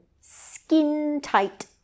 skin-tight